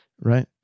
right